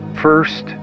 First